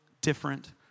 different